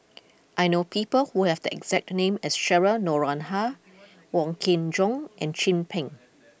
I know people who have the exact name as Cheryl Noronha Wong Kin Jong and Chin Peng